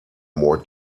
more